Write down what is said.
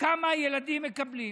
כמה ילדים מקבלים,